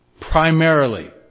primarily